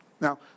Now